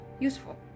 useful